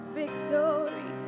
victory